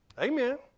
Amen